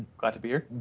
glad to be here.